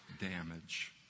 damage